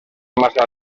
massa